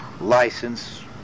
license